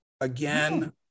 Again